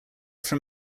from